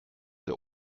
der